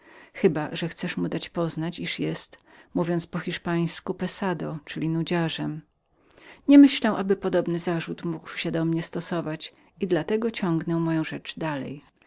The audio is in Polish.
chyba chcesz mu dać poznać że jest co my hiszpanie nazywamy pesado czyli nadziarzemnudziarzem nie myślę aby podobny zarzut mógł się do mnie stosować i dla tego ciągnę moją rzecz dalej